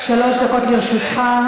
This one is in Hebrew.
שלוש דקות לרשותך.